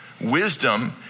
wisdom